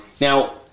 Now